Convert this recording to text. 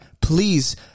Please